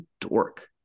dork